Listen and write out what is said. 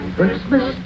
Christmas